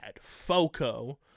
foco